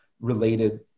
related